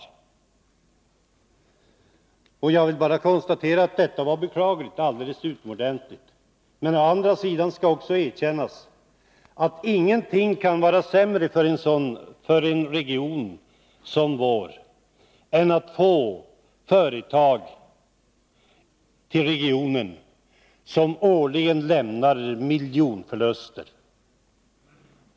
Jag konstaterar att detta var utomordentligt beklagligt. Men å andra sidan skall också erkännas att ingenting kan vara sämre för en region som vår än att få företag till regionen som årligen har miljonförluster.